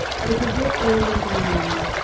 but it was yet early in the morning,